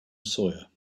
sawyer